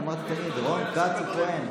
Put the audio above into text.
אמרתי תמיד, רון כץ הוא כוהן.